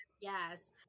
Yes